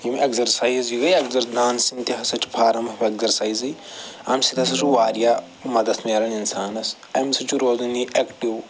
ییٚمہٕ اٮ۪کزرسایز یہِ گٔے اٮ۪کزر ڈانسنٛگ تہِ ہسا چھِ فارم آف اٮ۪کزرسایزٕے اَمہِ سۭتۍ ہسا چھُ وارِیاہ مدتھ نیران اِنسانس اَمہِ سۭتۍ چھُ روزٲنی اٮ۪کٹِو